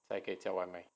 才可以叫外卖